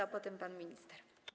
A potem pan minister.